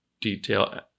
detail